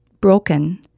broken